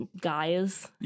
guys